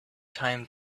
time